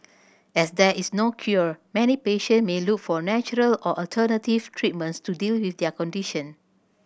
as there is no cure many patient may look for natural or alternative treatments to deal with their condition